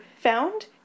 found